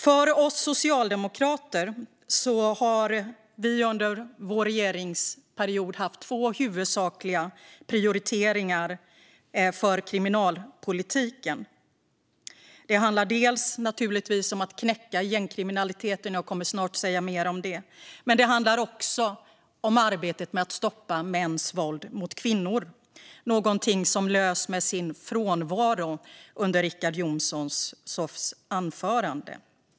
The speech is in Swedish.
Vi socialdemokrater har under vår regeringsperiod haft två huvudsakliga prioriteringar för kriminalpolitiken. Det handlar naturligtvis om att knäcka gängkriminaliteten, och jag kommer snart att säga mer om det. Men det handlar också om arbetet med att stoppa mäns våld mot kvinnor, någonting som lyste med sin frånvaro under Richard Jomshofs anförande.